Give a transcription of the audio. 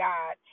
God